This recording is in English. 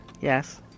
Yes